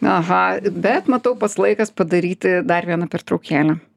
aha bet matau pats laikas padaryti dar vieną pertraukėlę